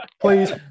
Please